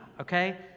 okay